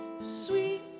Sweet